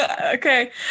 okay